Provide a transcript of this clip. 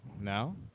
No